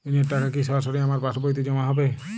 ঋণের টাকা কি সরাসরি আমার পাসবইতে জমা হবে?